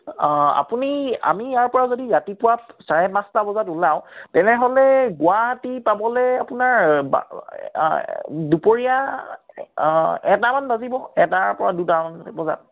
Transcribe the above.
আপুনি আমি ইয়াৰ পৰা যদি ৰাতিপুৱা চাৰে পাঁচটা বজাত ওলাওঁ তেনেহ'লে গুৱাহাটী পাবলৈ আপোনাৰ বা দুপৰীয়া এটামান বাজিব এটাৰ পৰা দুটামান বজাত